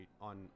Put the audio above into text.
on